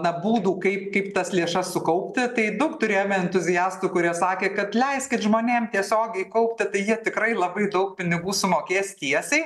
na būdų kaip kaip tas lėšas sukaupti tai daug turėjome entuziastų kurie sakė kad leiskit žmonėm tiesiogiai kaupti tad jie tikrai labai daug pinigų sumokės tiesai